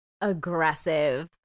aggressive